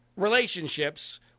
relationships